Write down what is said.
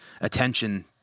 attention